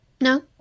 No